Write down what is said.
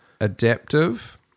adaptive